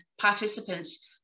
participants